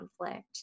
conflict